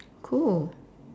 cool